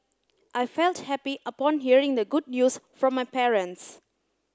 I felt happy upon hearing the good news from my parents